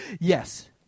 Yes